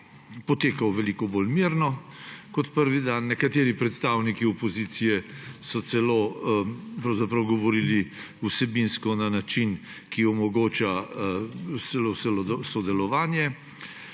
potekal veliko bolj mirno kot prvi dan. Nekateri predstavniki opozicije so celo govorili vsebinsko na način, ki omogoča sodelovanje.